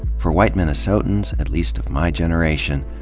for white minnesotans, at least of my generation,